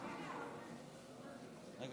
אדוני היושב-ראש,